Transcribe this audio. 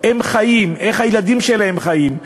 הם חיים, איך הילדים שלהם חיים.